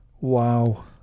Wow